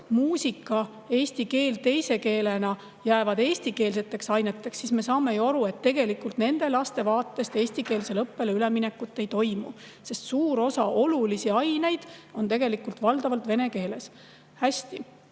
muusika ning eesti keel teise keelena jäävad eestikeelseteks aineteks, siis me saame ju aru, et tegelikult nende laste vaatenurgast eestikeelsele õppele üleminekut ei toimu, sest suur osa olulisi aineid on valdavalt vene keeles. Hästi,